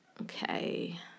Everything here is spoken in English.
Okay